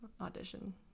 audition